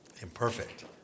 imperfect